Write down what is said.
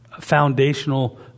Foundational